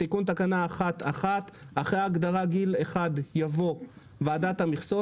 תיקון תקנה 1 אחרי ההגדרה "גיל אחד" יבוא: ""ועדת המכסות"